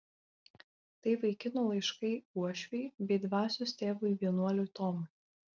tai vaikino laiškai uošvei bei dvasios tėvui vienuoliui tomui